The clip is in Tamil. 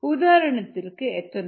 உதாரணத்திற்கு எத்தனால்